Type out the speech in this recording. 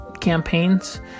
campaigns